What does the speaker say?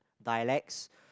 dialects